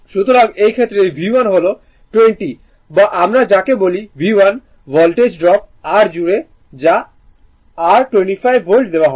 সুতরাং এই ক্ষেত্রে V1 হল 20 বা আমরা যাকে বলি V1 ভোল্টেজ ড্রপ R জুড়ে যা r 25 ভোল্ট দেওয়া হয়